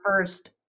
first